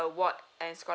award I scholar~